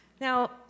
Now